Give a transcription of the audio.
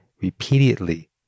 repeatedly